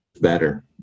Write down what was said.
better